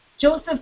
Joseph